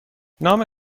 نام